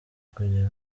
kugira